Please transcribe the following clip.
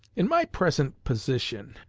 in my present position,